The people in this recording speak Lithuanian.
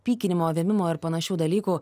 pykinimo vėmimo ar panašių dalykų